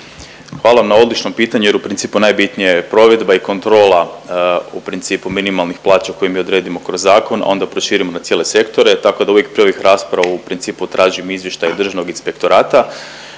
Hvala vam na odličnom pitanju. Pa najbitnija je provedba i kontrola u principu minimalnih plaća koje mi odredimo kroz zakon onda proširimo na cijele sektore, tako da uvijek prije ovih rasprava tražim izvještaj Državnog inspektorata.